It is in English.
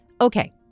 Okay